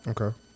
Okay